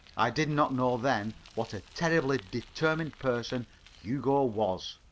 i did not know then what a terribly determined person hugo was.